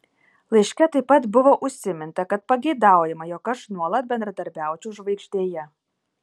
laiške taip pat buvo užsiminta kad pageidaujama jog aš nuolat bendradarbiaučiau žvaigždėje